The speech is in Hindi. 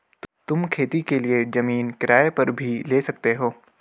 तुम खेती के लिए जमीन किराए पर भी ले सकते हो